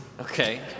Okay